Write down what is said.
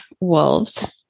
Wolves